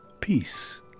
peace